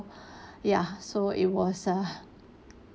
ya so it was a